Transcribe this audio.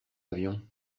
avion